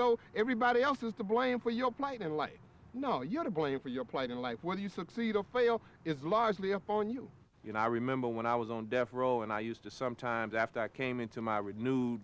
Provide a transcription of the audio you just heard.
though everybody else is to blame for your plight in life no you are to blame for your plight in life whether you succeed or fail is largely upon you you know i remember when i was on death row and i used to sometimes after i came into my renewed